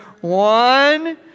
One